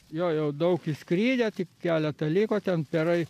jo jau daug išskridę tik keletą liko ten perai